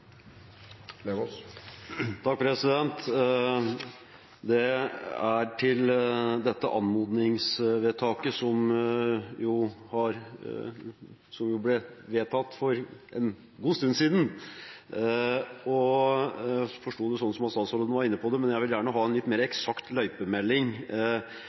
Til dette anmodningsvedtaket som ble fattet for en god stund siden: Jeg forsto det sånn at statsråden var inne på det, men jeg vil gjerne ha en litt mer